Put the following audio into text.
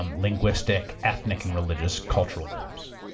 um linguistic, ethnic and religious cultural groups.